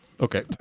Okay